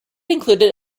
included